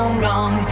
wrong